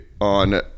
on